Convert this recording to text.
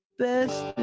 best